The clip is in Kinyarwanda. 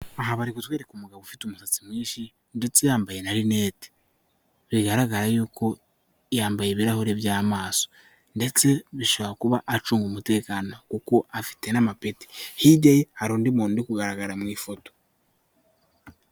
Aha bari ku kumwereka umugabo ufite umusatsi mwinshi ndetse yambaye na rinete, bigaragara y'uko yambaye ibirahure by'amaso ndetse bishobora kuba acunga umutekano kuko afite n'amapeti, hijya ye hari undi muntu uri kugaragara mu ifoto.